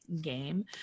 game